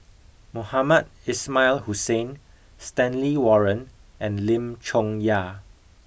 Mohamed Ismail Hussain Stanley Warren and Lim Chong Yah